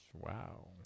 Wow